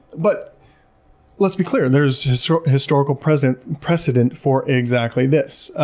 but let's be clear, there's so historical precedent precedent for exactly this.